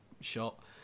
shot